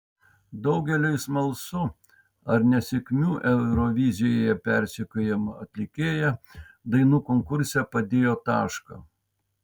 daugeliui smalsu ar nesėkmių eurovizijoje persekiojama atlikėja dainų konkurse padėjo tašką